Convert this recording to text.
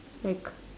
like